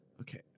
Okay